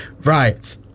Right